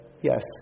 yes